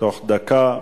תוך דקה.